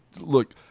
look